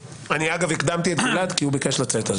אגב, הקדמתי את גלעד כי הוא ביקש לצאת.